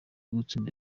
gutsinda